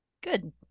Good